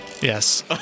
Yes